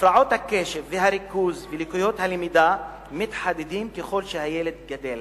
הפרעות הקשב והריכוז ולקויות הלמידה מתחדדות ככל שהילד גדל